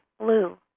blue